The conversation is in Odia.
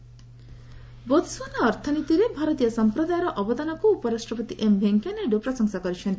ଭାଇସ୍ ପ୍ରେସିଡେଣ୍ଟ ବୋଥସୁଆନା ଅର୍ଥନୀତିରେ ଭାରତୀୟ ସମ୍ପ୍ରଦାୟର ଅବଦାନକୁ ଉପରାଷ୍ଟ୍ରପତି ଏମ୍ ଭେଙ୍କୟା ନାଇଡୁ ପ୍ରଶଂସା କରିଛନ୍ତି